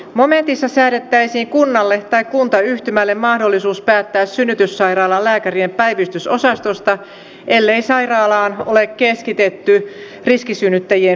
momentissa säädettäisiin kunnalle tai kuntayhtymälle mahdollisuus päättää synnytyssairaalan lääkärien päivystysosastosta ellei sairaalaan ole keskitetty riskisynnyttäjien hoitoa